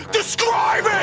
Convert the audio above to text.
describe